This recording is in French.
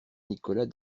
nicolas